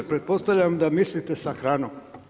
Pretpostavljam da mislite sa hranom.